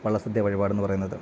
വള്ള സദ്യ വഴിപാടെന്നു പറയുന്നത്